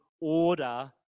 order